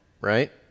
right